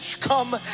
come